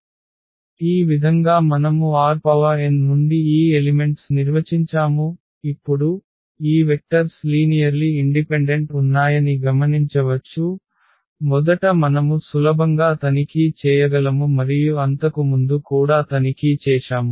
ఈ విధంగా మనము Rn నుండి ఈ ఎలిమెంట్స్ నిర్వచించాము ఇప్పుడు ఈ వెక్టర్స్ లీనియర్లి ఇండిపెండెంట్ ఉన్నాయని గమనించవచ్చు మొదట మనము సులభంగా తనిఖీ చేయగలము మరియు అంతకుముందు కూడా తనిఖీ చేశాము